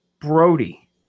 Brody